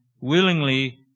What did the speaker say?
willingly